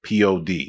pod